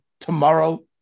tomorrow